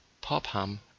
Popham